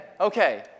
Okay